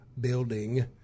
building